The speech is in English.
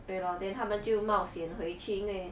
对 lor then 他们就冒险回去因为